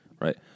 right